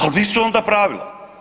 Ali di su onda pravila?